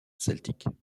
celtique